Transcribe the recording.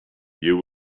you